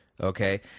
okay